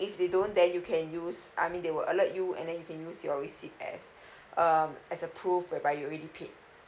if they don't thenyou can use I mean they will alert you and then you can use your receipt as um as a proof whereby you already paid